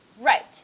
Right